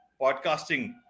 podcasting